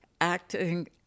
acting